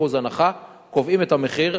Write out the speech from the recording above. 50% הנחה, קובעים את המחיר,